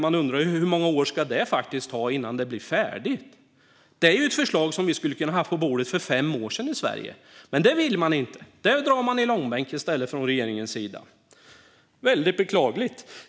Man undrar ju hur många år det ska ta innan det faktiskt blir färdigt. Det är ju ett förslag vi skulle ha kunnat ha på bordet i Sverige för fem år sedan. Men det vill man inte, utan det drar man i långbänk från regeringens sida. Det är väldigt beklagligt.